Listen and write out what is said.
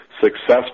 successful